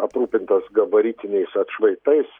aprūpintas gabaritiniais atšvaitais